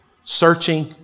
searching